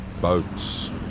boats